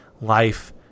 life